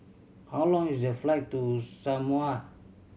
how long is the flight to Samoa